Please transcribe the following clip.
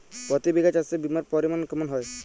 প্রতি বিঘা চাষে বিমার পরিমান কেমন হয়?